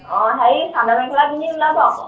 অঁ হেৰি চাদৰ মেখেলা পিন্ধি ওলাব আকৌ